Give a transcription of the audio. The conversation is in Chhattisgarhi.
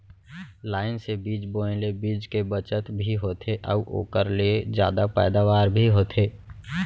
लाइन से बीज बोए ले बीच के बचत भी होथे अउ ओकर ले जादा पैदावार भी होथे